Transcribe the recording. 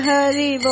Hari